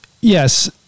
Yes